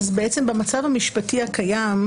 במצב המשפטי הקיים,